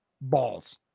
balls